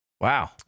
wow